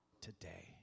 today